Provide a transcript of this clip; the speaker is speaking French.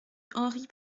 henri